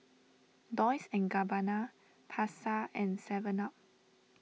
Dolce and Gabbana Pasar and Seven Up